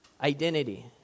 identity